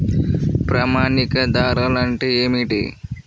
ప్రామాణిక ధరలు అంటే ఏమిటీ?